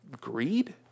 Greed